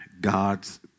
God's